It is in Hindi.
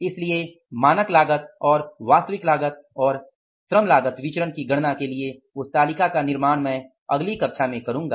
इसलिए मानक लागत और वास्तविक लागत और श्रम लागत विचरण की गणना के लिए उस तालिका का निर्माण मैं अगली कक्षा में करूंगा